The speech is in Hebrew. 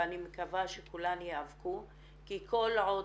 ואני מקווה שכולן יאבקו כי כל עוד